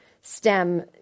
stem